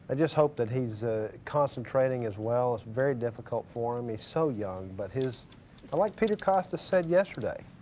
and just hope that he's a concentrating as well. it's very difficult for him he is so young, but his like peter kostas said yesterday,